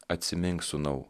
atsimink sūnau